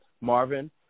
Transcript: Marvin